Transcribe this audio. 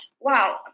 wow